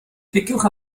cliciwch